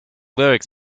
lyrics